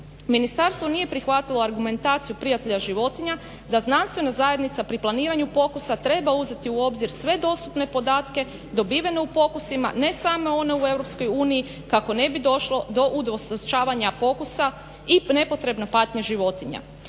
Ministarstvo nije prihvatilo argumentaciju Prijatelja životinja da znanstvena zajednica pri planiranju pokusa treba uzeti u obzir sve dostupne podatke dobivene u pokusima ne samo one u EU kako ne bi došlo do udvostručavanja pokusa i nepotrebne patnje životinja.